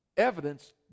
evidence